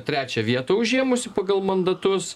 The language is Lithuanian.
trečią vietą užėmusi pagal mandatus